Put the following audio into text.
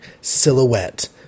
silhouette